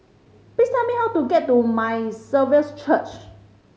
please tell me how to get to My Saviour's Church